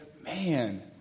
man